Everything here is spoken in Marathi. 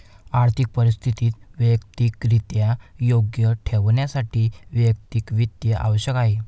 आर्थिक परिस्थिती वैयक्तिकरित्या योग्य ठेवण्यासाठी वैयक्तिक वित्त आवश्यक आहे